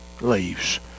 leaves